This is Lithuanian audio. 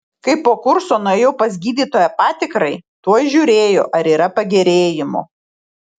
kai po kurso nuėjau pas gydytoją patikrai tuoj žiūrėjo ar yra pagerėjimų